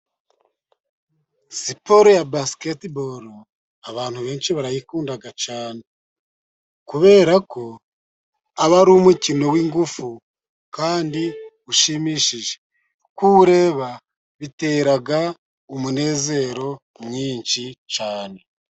Siporo ya basiketibolu, abantu benshi barayikunda kubera ko ari umukino w’ingufu kandi ushimishije, kuwureba bitera umunezero mwinshi cyane.